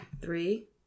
Three